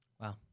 Wow